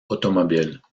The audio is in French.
automobiles